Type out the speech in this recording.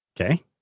Okay